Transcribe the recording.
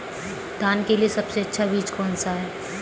धान के लिए सबसे अच्छा बीज कौन सा है?